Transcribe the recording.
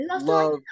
love